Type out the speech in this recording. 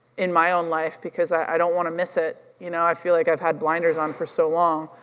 in my own life because i don't wanna miss it. you know i feel like i've had blinders on for so long